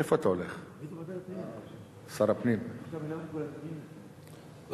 שר הפנים, לאן אתה הולך?